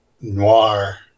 noir